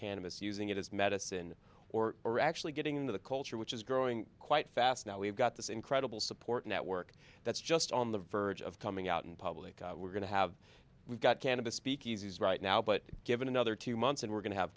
cannabis using it as medicine or are actually getting into the culture which is growing quite fast now we've got this incredible support network that's just on the verge of coming out in public we're going to have we've got canada speakeasies right now but given another two months and we're going to have